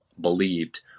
believed